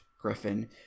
Griffin